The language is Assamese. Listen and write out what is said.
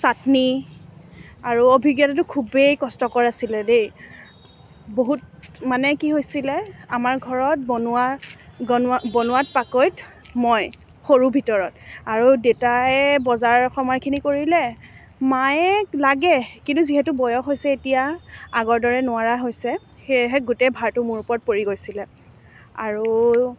ছাটনি আৰু অভিজ্ঞতাটো খুবেই কষ্টকৰ আছিলে দেই বহুত মানে কি হৈছিলে আমাৰ ঘৰত বনোৱা বনোৱাত পাকৈত মই সৰুৰ ভিতৰত আৰু দেতাই বজাৰ সমাৰখিনি কৰিলে মায়ে লাগে কিন্তু যিহেতু বয়স হৈছে এতিয়া আগৰ দৰে নোৱাৰা হৈছে সেয়েহে গোটেই ভাৰটো মোৰ ওপৰত পৰি গৈছিলে আৰু